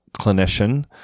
clinician